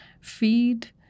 feed